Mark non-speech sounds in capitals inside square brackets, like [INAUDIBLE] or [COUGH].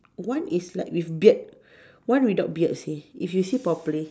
one is like with beard [BREATH] one without beard you see if you see properly